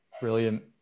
brilliant